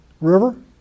river